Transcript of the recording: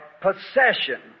possession